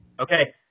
Okay